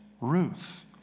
Ruth